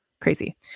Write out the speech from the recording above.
Crazy